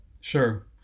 Sure